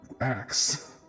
Axe